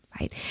right